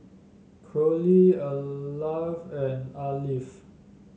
Corrie Alvie and Alfie